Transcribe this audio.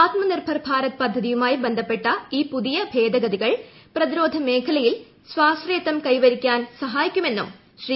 ആത്മ നിർഭർ ഭാരത് പദ്ധതിയുമായി ബന്ധപ്പെട്ട ഈ പുതിയ ഭേദഗതികൾ പ്രതിരോധ മേഖലയിൽ സ്വാശ്രയത്വം കൈവരിക്കാൻ സഹായിക്കുമെന്നും ശ്രീ